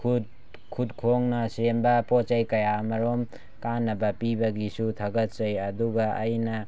ꯈꯨꯠ ꯈꯨꯠ ꯈꯣꯡꯅ ꯁꯦꯝꯕ ꯄꯣꯠ ꯆꯩ ꯀꯌꯥꯃꯔꯣꯝ ꯀꯥꯟꯅꯕ ꯄꯤꯕꯒꯤꯁꯨ ꯊꯥꯒꯠꯆꯩ ꯑꯗꯨꯒ ꯑꯩꯅ